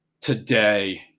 today